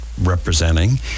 Representing